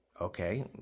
okay